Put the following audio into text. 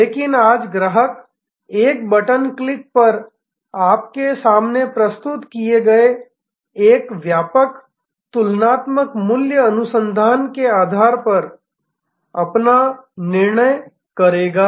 लेकिन आज ग्राहक एक बटन के क्लिक पर आपके सामने प्रस्तुत किए गए एक व्यापक तुलनात्मक मूल्य अनुसंधान के आधार पर अपना निर्णय करेगा